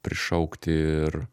prišaukti ir